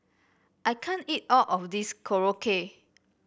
I can't eat all of this Korokke